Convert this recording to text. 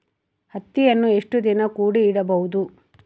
ಹತ್ತಿಯನ್ನು ಎಷ್ಟು ದಿನ ಕೂಡಿ ಇಡಬಹುದು?